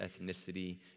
ethnicity